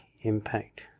impact